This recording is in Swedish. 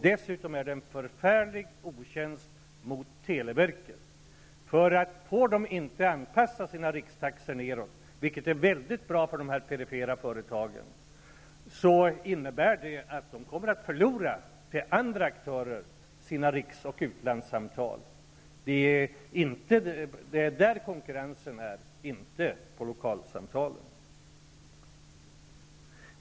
Dessutom är det en förfärlig otjänst mot televerket. Får verket inte anpassa sina rikstaxor nedåt, vilket är väldigt bra för de perifera företagen, så innebär det att televerket kommer att förlora sina riks och utlandssamtal till andra aktörer. Det är där konkurrensen finns, inte på lokalsamtalen.